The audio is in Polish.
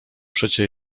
przecie